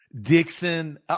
Dixon